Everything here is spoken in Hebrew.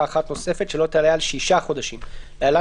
אחת נוספת שלא תעלה על שישה חודשים (להלן,